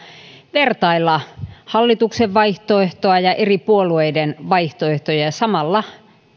vertailla hallituksen vaihtoehtoa ja eri puolueiden vaihtoehtoja ja samalla